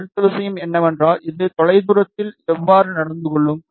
அடுத்த விஷயம் என்னவென்றால் அது தொலைதூரத்தில் எவ்வாறு நடந்து கொள்ளும்